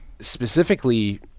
Specifically